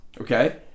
Okay